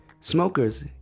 Smokers